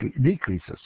decreases